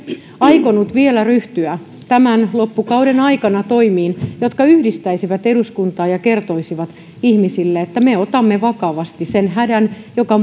aikonut ryhtyä vielä tämän loppukauden aikana toimiin jotka yhdistäisivät eduskuntaa ja kertoisivat ihmisille että me otamme vakavasti sen hädän joka